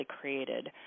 created